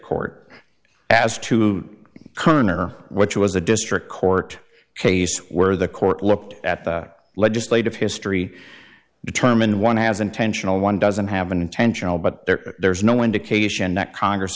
court as to kerner which was a district court case where the court looked at the legislative history determined one has intentional one doesn't have an intentional but there there's no indication that congress